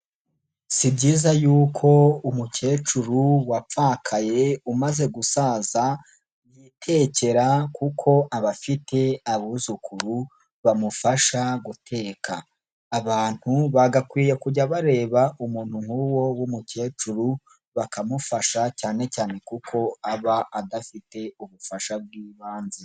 Si byiza yuko umukecuru wapfakaye umaze gusaza yitekera kuko aba afite abuzukuru bamufasha guteka. Abantu bagakwiye kujya bareba umuntu nk'uwo w'umukecuru bakamufasha, cyane cyane kuko aba adafite ubufasha bw'ibanze.